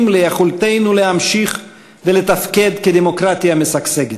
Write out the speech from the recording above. ליכולתנו להמשיך ולתפקד כדמוקרטיה משגשגת.